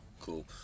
cool